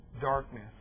darkness